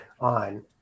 on